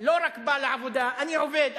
לא רק בא לעבודה, אני עובד.